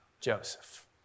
Joseph